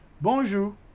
Bonjour